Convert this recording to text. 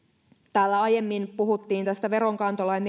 täällä aiemmin puhuttiin tästä veronkantolain